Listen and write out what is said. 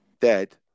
dead